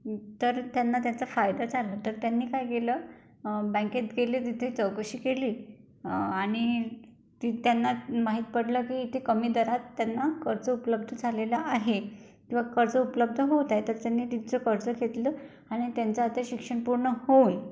तर त्यांना त्यांचा फायदा झालं तर त्यांनी काय केलं बँकेत गेले तिथे चौकशी केली आणि ती त्यांना माहित पडलं की इथे कमी दरात त्यांना कर्ज उपलब्ध झालेलं आहे किंवा कर्ज उपलब्ध होत आहे तर त्यांनी तिथं कर्ज घेतलं आणि त्यांचं आता शिक्षण पूर्ण होईल